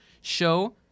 show